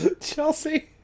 Chelsea